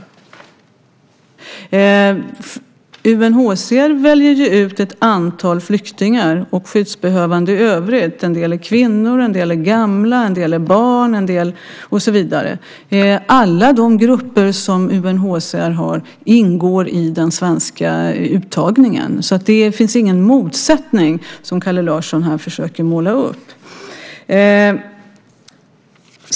UNHCR väljer ut ett antal flyktingar och skyddsbehövande i övrigt. En del är kvinnor, en del är gamla, en del är barn och så vidare. Alla de grupper som UNHCR har ingår i den svenska uttagningen. Det finns alltså ingen motsättning, såsom Kalle Larsson här försöker måla upp.